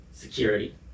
security